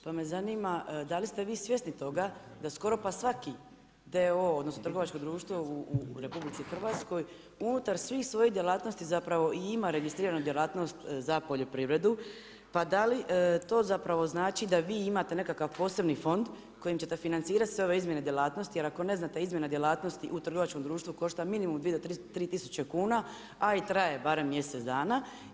Pa me zanima da li ste vi svjesni toga, da skoro pa svaki d.o.o. odnosno trgovačko društvo u RH unutar svih svojih djelatnosti zapravo i ima registriranu djelatnost za poljoprivredu, pa da li to zapravo znači da vi imate nekakav posebni fond kojim ćete financirati sve ove izmjene djelatnosti, jer ako ne znate izmjene djelatnosti u trgovačkom društvu košta minimum dvije do tri tisuće kuna, a i traje barem mjesec dana.